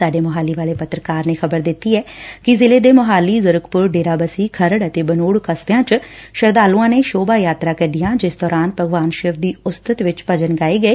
ਸਾਡੇ ਮੁਹਾਲੀ ਵਾਲੇ ਪੱਤਰਕਾਰ ਨੇ ਖ਼ਬਰ ਦਿੱਤੀ ਏ ਕਿ ਜ਼ਿਲ੍ਹੇ ਦੇ ਮੁਹਾਲੀ ਜ਼ੀਕਰਪੁਰ ਡੇਰਾਬੱਸੀ ਖਰੜ ਅਤੇ ਬਨੂੰੜ ਕਸਬਿਆਂ ਵਿਚ ਸ਼ਰਧਾਲੂਆਂ ਨੇ ਸ਼ੋਭਾ ਯਾਤਰਾ ਕੱਢੀਆਂ ਜਿਸ ਦੌਰਾਨ ਭਗਵਾਨ ਸ਼ਿਵ ਦੀ ਉਸਤਤ ਵਿਚ ਭਜਨ ਗਾਏ ਗਏ